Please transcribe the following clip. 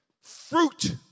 fruit